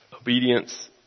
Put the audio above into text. Obedience